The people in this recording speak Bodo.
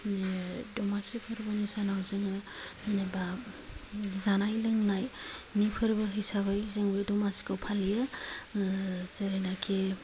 दमासि फोर्बोनि सानाव जोङो जेनेबा जानाय लोंनायनि फोरबो हिसाबै दमासिखौ फालियो जेरैनोखि